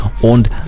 und